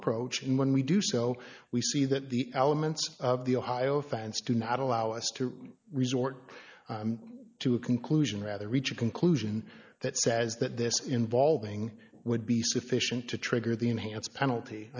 approach and when we do so we see that the elements of the ohio fans do not allow us to resort to a conclusion rather reach a conclusion that says that this involving would be sufficient to trigger the enhanced penalty